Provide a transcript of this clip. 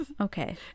okay